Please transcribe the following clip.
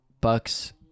bucks